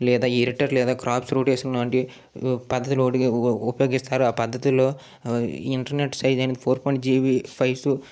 లేదా ఇరిటర్ లేదా క్రాప్ రొటేషన్ లాంటివి పద్ధతి ఉపయోగిస్తారు ఆ పద్ధతిలో ఇంటర్నెట్ సైజ్ అనేది four point five GB files